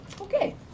okay